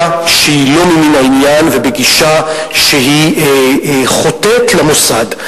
שהיא לא ממין העניין ובגישה שהיא חוטאת למוסד.